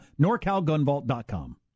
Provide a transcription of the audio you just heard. NorCalGunVault.com